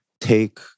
take